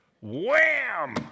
wham